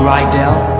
Rydell